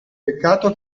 peccato